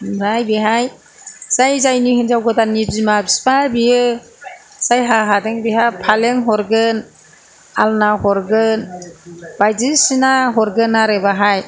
ओमफ्राय बेहाय जाय जायनि हिनजाव गोदाननि बिमा बिफा बियो जायहा हादों बेहा फालें हरगोन आलना हरगोन बायदिसिना हरगोन आरो बेहाय